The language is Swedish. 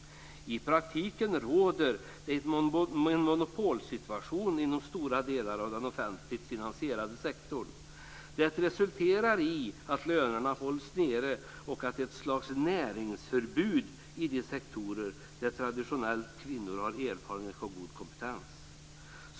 I praktiken råder det en monopolsituation inom stora delar av den offentligt finansierade sektorn. Det resulterar i att lönerna hålls nere och i ett slags näringsförbud i de sektorer där traditionellt kvinnor har erfarenhet och god kompetens.